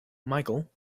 micheal